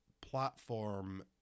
platform